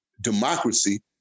democracy